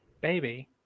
Baby